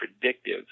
predictive